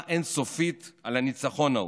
תודה אין-סופית על הניצחון ההוא,